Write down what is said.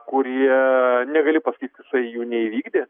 kurie negali pasakyt kad jisai jų neįvykdė